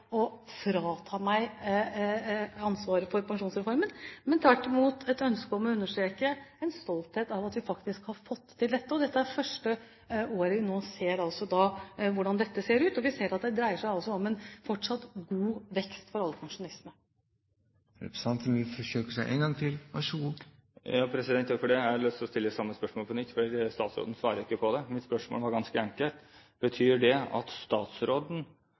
å frita meg selv for ansvaret for pensjonsreformen, men tvert imot et ønske om å understreke en stolthet av at vi faktisk har fått til dette. Dette er første året vi ser hvordan dette ser ut, og vi ser at det dreier seg om en fortsatt god vekst for alle pensjonistene. Vil representanten forsøke seg en gang til? Vær så god. Takk for det, president. Jeg har lyst til å stille samme spørsmål på nytt, for statsråden svarer ikke på det. Spørsmålet var ganske enkelt: Betyr det at statsråden